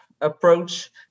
approach